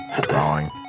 drawing